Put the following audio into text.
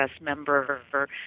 member